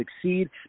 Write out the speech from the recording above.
succeed